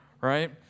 right